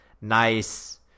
nice